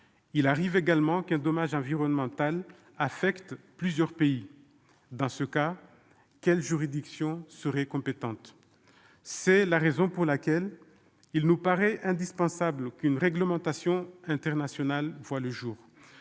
Il arrive également qu'un dommage environnemental affecte plusieurs pays. Dans ce cas, quelle serait la juridiction compétente ? Pour toutes ces raisons, il nous paraît indispensable qu'une réglementation internationale voie le jour,